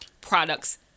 products